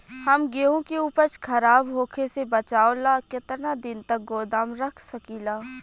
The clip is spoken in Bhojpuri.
हम गेहूं के उपज खराब होखे से बचाव ला केतना दिन तक गोदाम रख सकी ला?